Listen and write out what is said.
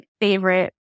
favorite